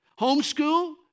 Homeschool